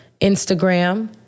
Instagram